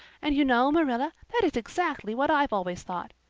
and you know, marilla, that is exactly what i've always thought.